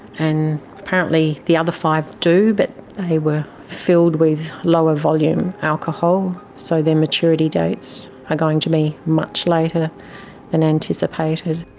and apparently the other five do but they were filled with lower volume alcohol, so their maturity dates are going to be much later than anticipated.